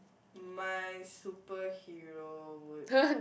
my superhero would